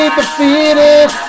defeated